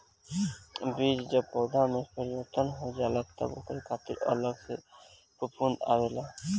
बीज जब पौधा में परिवर्तित हो जाला तब ओकरे खातिर अलग से फंफूदनाशक आवेला